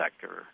sector